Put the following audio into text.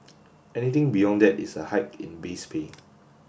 anything beyond that is a hike in base pay